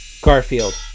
Garfield